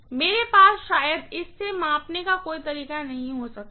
मेरे पास शायद इससे मापने का कोई तरीका हो सकता है